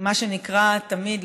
מה שנקרא תמיד,